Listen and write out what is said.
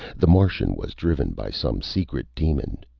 the martian was driven by some secret demon.